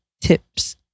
Tips